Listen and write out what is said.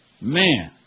Man